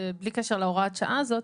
בלי קשר להוראת השעה הזאת,